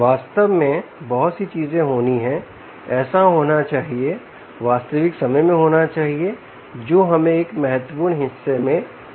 वास्तव में बहुत सी चीजें होनी हैं ऐसा होना चाहिए वास्तविक समय में होना चाहिए जो हमें एक महत्वपूर्ण हिस्से में लाता है